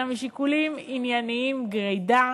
אלא משיקולים ענייניים גרידא,